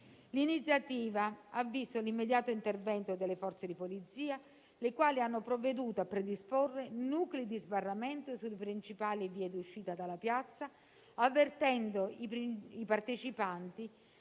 L'iniziativa ha visto l'immediato intervento delle Forze di polizia, le quali hanno provveduto a predisporre nuclei di sbarramento sulle principali vie di uscita dalla piazza, avvertendo i partecipanti